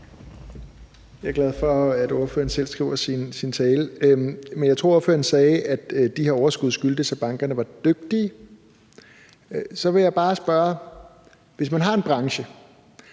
Jeg er glad for, at ordføreren selv skriver sin tale. Men jeg tror, at ordføreren sagde, at de her overskud skyldtes, at bankerne var dygtige. Så vil jeg bare spørge: Hvis man har en branche,